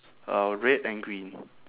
uh red and green